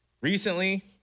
Recently